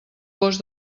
gos